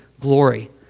glory